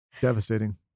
Devastating